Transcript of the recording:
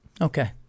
Okay